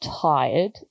tired